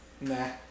nah